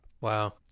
wow